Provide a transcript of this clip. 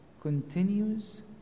continues